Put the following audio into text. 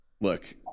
Look